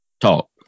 Talk